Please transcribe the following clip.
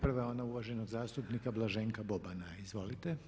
Prva je ona uvaženog zastupnika Blaženka Bobana, izvolite.